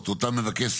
מבחינתי,